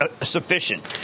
sufficient